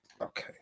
Okay